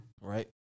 Right